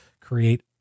create